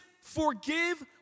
forgive